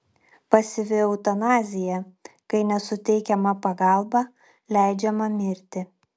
pasyvi eutanazija kai nesuteikiama pagalba leidžiama mirti